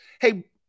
Hey